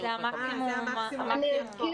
זה המקסימום לפי החוק.